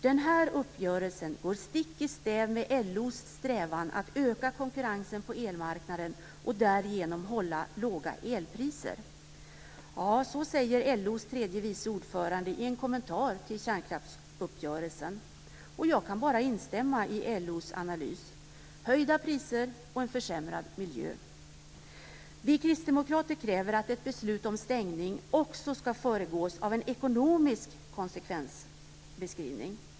Den här uppgörelsen går stick i stäv med LO:s strävanden att öka konkurrensen på elmarknaden och därigenom hålla låga elpriser. Så säger LO:s tredje vice ordförande i en kommentar till kärnkraftsuppgörelsen. Jag kan bara instämma i LO:s analys, dvs. höjda priser och en försämrad miljö. Vi kristdemokrater kräver att ett beslut om stängning också ska föregås av en ekonomisk konsekvensbeskrivning.